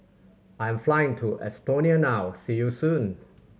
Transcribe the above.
I am flying to Estonia now see you soon